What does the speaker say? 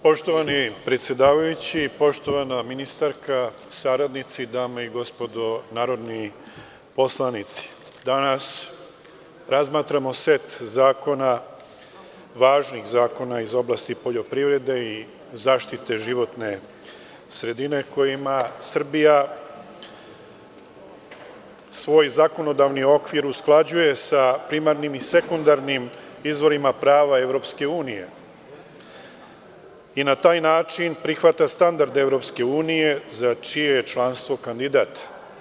Poštovani predsedavajući, poštovana ministarka i saradnici, dame i gospodo narodni poslanici, danas razmatramo set važnih zakona iz oblasti poljoprivrede i zaštite životne sredina kojima Srbija svoj zakonodavni okvir usklađuje sa primarnim i sekundarnim izvorima prava Evropske unije i na taj način prihvata standarde Evropske unije, za čije je članstvo kandidat.